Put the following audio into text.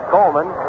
Coleman